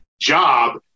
job